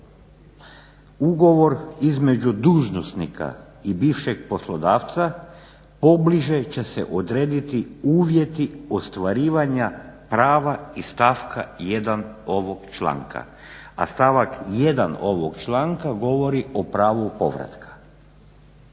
Ugovor između dužnosnika i bivšeg poslodavca pobliže će se odrediti uvjeti ostvarivanja prava iz stavka 1. ovog članka. A stavak 1. ovog članka govori o pravu povratka.